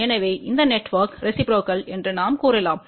எனவே இந்த network reciprocal என்று நாம் கூறலாம்